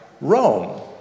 Rome